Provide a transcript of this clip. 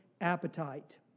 appetite